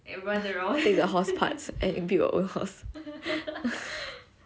take the horse parts and build your own horse